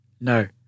No